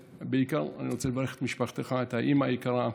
ובעיקר אני רוצה לברך את משפחתך, את האימא היקרה,